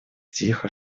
тихо